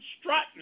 strutting